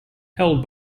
held